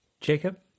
Jacob